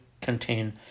contain